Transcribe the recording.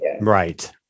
right